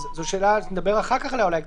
שאלה שנדבר עליה אחר-כך,